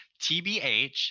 Tbh